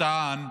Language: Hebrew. הוא טען,